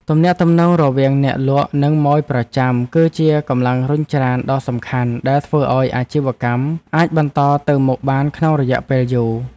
ទំនាក់ទំនងរវាងអ្នកលក់និងម៉ូយប្រចាំ គឺជាកម្លាំងរុញច្រានដ៏សំខាន់ដែលធ្វើឱ្យអាជីវកម្មអាចបន្តទៅមុខបានក្នុងរយៈពេលយូរ។